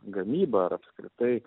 gamyba apskritai